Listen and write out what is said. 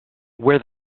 wear